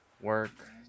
work